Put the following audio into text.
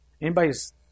Anybody's